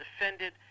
defended